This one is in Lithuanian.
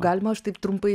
galima aš taip trumpai